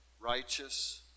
righteous